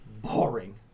Boring